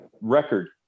record